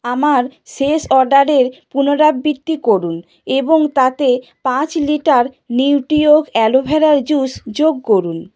আমার শেষ অর্ডারের পুনরাবৃত্তি করুন এবং তাতে পাঁচ লিটার নিউট্রিঅর্গ অ্যালোভেরার জুস যোগ করুন